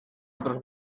otros